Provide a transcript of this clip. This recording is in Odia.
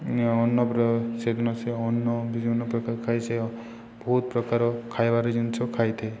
ଅନ୍ୟ ଅନ୍ୟ ପ୍ର ସେଦିନ ସେ ଅନ୍ୟ ବିଭିନ୍ନ ପ୍ରକାର ଖାଇ ସେ ବହୁତ ପ୍ରକାର ଖାଇବାର ଜିନିଷ ଖାଇଥାଏ